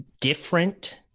different